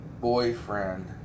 boyfriend